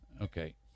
Okay